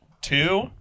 Two